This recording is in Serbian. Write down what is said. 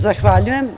Zahvaljujem.